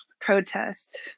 protest